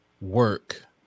work